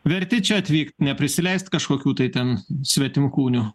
verti čia atvykt neprisileist kažkokių tai ten svetimkūnių